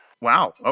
Wow